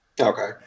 Okay